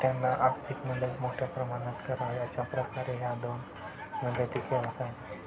त्यांना आर्थिकमदद मोठ्या प्रमाणात करावी अशा प्रकारे ह्या दोन मदती करा